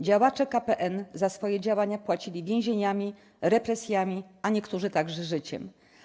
Działacze KPN za swoje działania płacili więzieniami, represjami, a niektórzy także życiem.